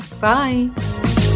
Bye